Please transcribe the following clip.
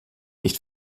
nicht